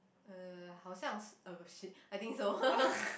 uh 好像 !oh shit! I think so